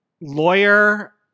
Lawyer